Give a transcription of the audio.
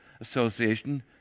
Association